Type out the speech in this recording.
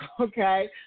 okay